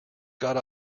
got